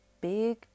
big